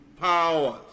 powers